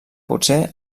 potser